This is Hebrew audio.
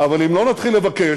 אבל אם לא נתחיל לבקש,